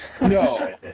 No